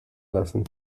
lassen